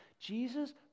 jesus